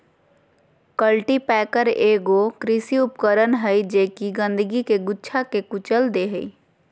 cultipacker एगो कृषि उपकरण हइ जे कि गंदगी के गुच्छा के कुचल दे हइ